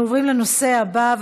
אנחנו עוברים לנושא הבא,